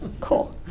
Cool